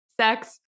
sex